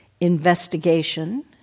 investigation